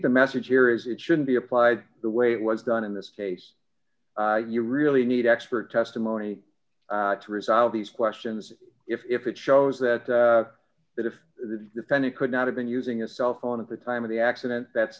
the message here is it shouldn't be applied the way it was done in this case you really need expert testimony to resolve these questions if it shows that if the defendant could not have been using a cell phone at the time of the accident that's